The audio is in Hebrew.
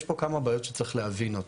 יש פה כמה בעיות שצריך להבין אותן.